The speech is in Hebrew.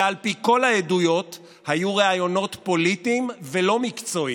שעל פי כל העדויות היו ראיונות פוליטיים ולא מקצועיים.